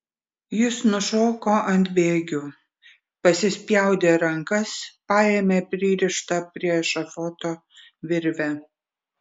jis nušoko ant bėgių pasispjaudė rankas paėmė pririštą prie ešafoto virvę